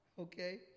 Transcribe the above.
okay